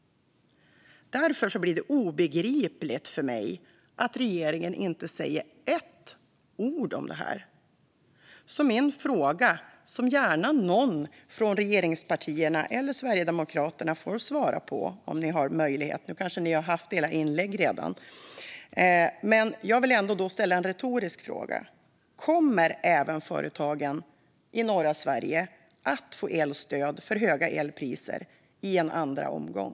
Därför blir det obegripligt för mig att regeringen inte säger ett ord om detta. Min fråga som någon från regeringspartierna eller Sverigedemokraterna gärna får svara på om ni har möjlighet, även om ni redan har haft era inlägg och frågan får blir retorisk, är: Kommer även företagen i norra Sverige att få elstöd för höga elpriser i en andra omgång?